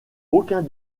aucun